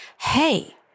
hey